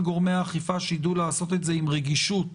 גורמי האכיפה שידעו לעשות את זה עם רגישות.